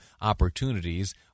opportunities